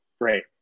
great